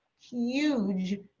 huge